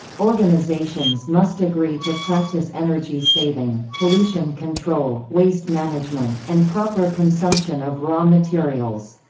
organizations must agree to practice energy saving, pollution control, waste management, and proper consumption of raw materials.